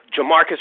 Jamarcus